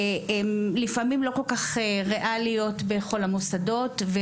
לפעמים לא כל כך ריאליות בכל המוסדות.